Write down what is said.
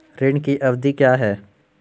ऋण की अवधि क्या है?